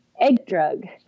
eggdrug